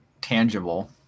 tangible